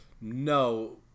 no